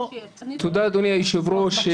תודה, אדוני היושב-ראש.